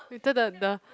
later the the